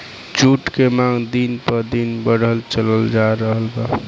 जुट के मांग दिन प दिन बढ़ल चलल जा रहल बा